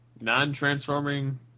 Non-transforming